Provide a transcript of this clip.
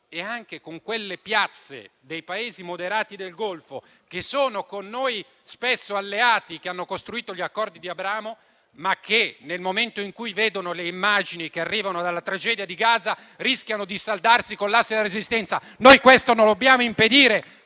e anche con quelle piazze dei Paesi moderati del Golfo che spesso sono con noi alleati e che hanno costruito gli Accordi di Abramo. Tali Paesi, però, nel momento in cui vedono le immagini che arrivano dalla tragedia di Gaza, rischiano di saldarsi con l'asse della resistenza. Noi lo dobbiamo impedire